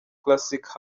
classic